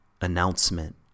announcement